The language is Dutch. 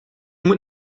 moet